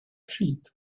sheep